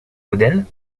modèles